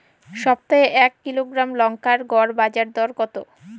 সপ্তাহে এক কিলোগ্রাম লঙ্কার গড় বাজার দর কতো?